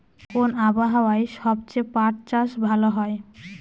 কোন আবহাওয়ায় সবচেয়ে পাট চাষ ভালো হয়?